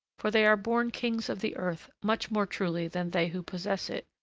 for they are born kings of the earth much more truly than they who possess it,